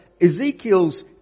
Ezekiel's